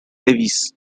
levies